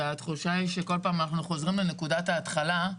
והתחושה היא שבכל פעם אנחנו חוזרים לנקודת ההתחלה,